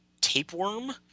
tapeworm